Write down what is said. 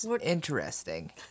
interesting